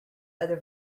other